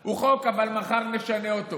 הוא חוק, אבל מחר נשנה אותו